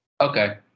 Okay